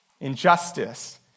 injustice